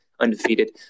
Undefeated